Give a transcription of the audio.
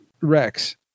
Rex